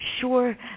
sure